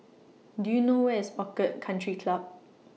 Do YOU know Where IS Orchid Country Club